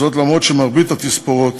אף שמרבית התספורות